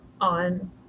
on